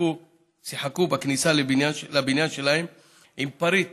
שיחקו בכניסה לבניין שלהם עם פריט